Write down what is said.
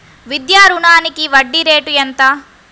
విద్యా రుణానికి వడ్డీ రేటు ఎంత?